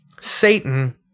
Satan